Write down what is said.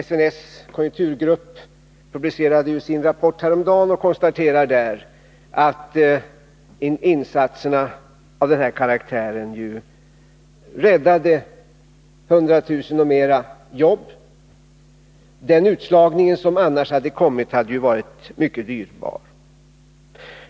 SNS konjukturgrupp publicerade ju sin rapport häromdagen, och vi kan nu, liksom man gör i rapporten, konstatera att insatserna av den här karaktären räddade mer än 100 000 jobb. Den utslagning som annars hade kommit skulle ha blivit mycket dyrbar.